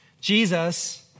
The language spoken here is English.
Jesus